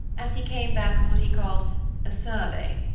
as he came back from what he called a survey,